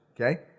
Okay